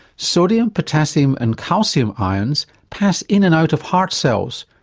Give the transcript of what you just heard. sodium, potassium and calcium ions pass in and out of heart cells,